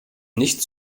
nicht